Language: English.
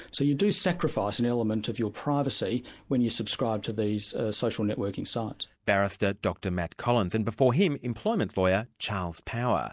so you do sacrifice an element of your privacy when you subscribe to these social networking sites. barrister dr matt collins and before him, employment lawyer, charles power.